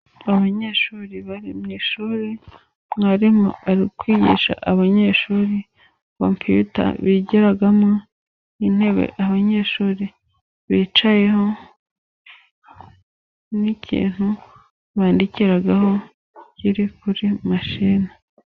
Abanyeshuri bari mu ishuri mwarimu ari kwigisha abanyeshuri kopiyuta bigiramo, intebe abanyeshuri bicayeho n'ikintu bandikiraho kiri kuri mashine.